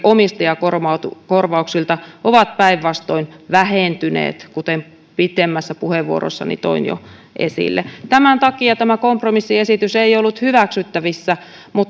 omistajakorvauksilta ovat päinvastoin vähentyneet kuten pitemmässä puheenvuorossani toin jo esille tämän takia tämä kompromissiesitys ei ollut hyväksyttävissä mutta olen